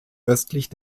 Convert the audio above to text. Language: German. östlich